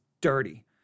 dirty